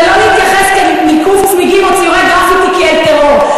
ולהתייחס לניקוב צמיגים או ציורי גרפיטי כאל טרור,